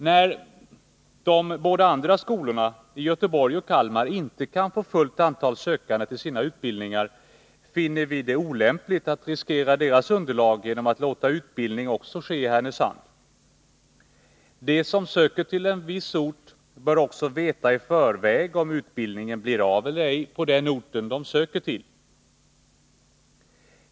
När de båda andra skolorna, i Göteborg och Kalmar, inte kan få fullt antal sökande till sina utbildningar finner vi det olämpligt att riskera deras underlag genom att låta utbildningen ske också i Härnösand. De som söker till en viss ort bör också veta i förväg om utbildningen blir av eller ej på den ort de söker till.